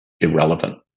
irrelevant